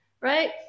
right